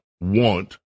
want